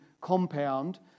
compound